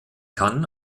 kann